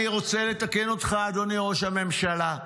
אני רוצה לתקן אותך, אדוני ראש הממשלה: